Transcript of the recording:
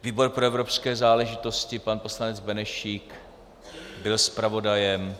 Výbor pro evropské záležitosti pan poslanec Benešík byl zpravodajem.